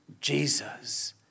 Jesus